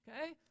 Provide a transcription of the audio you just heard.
Okay